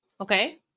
Okay